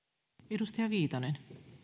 arvoisa